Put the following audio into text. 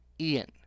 Ian